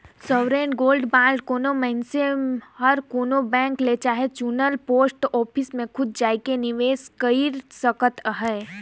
sovereign gold bond कोनो मइनसे हर कोनो बेंक ले चहे चुनल पोस्ट ऑफिस में खुद जाएके निवेस कइर सकत अहे